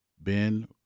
Ben